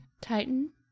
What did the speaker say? Titan